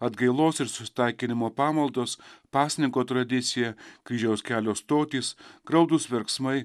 atgailos ir susitaikinimo pamaldos pasninko tradicija kryžiaus kelio stotys graudūs verksmai